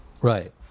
Right